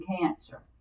Cancer